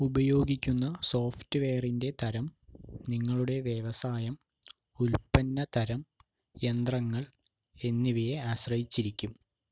ഉപയോഗിക്കുന്ന സോഫ്റ്റ്വെയറിൻ്റെ തരം നിങ്ങളുടെ വ്യവസായം ഉൽപ്പന്ന തരം യന്ത്രങ്ങൾ എന്നിവയെ ആശ്രയിച്ചിരിക്കും